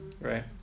right